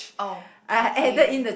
oh okay